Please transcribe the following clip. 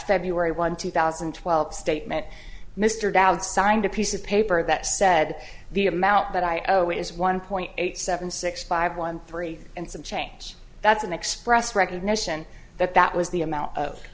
february one two thousand and twelve statement mr dowd signed a piece of paper that said the amount that i otoh is one point eight seven six five one three and some change that's an express recognition that that was the amount of